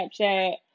Snapchat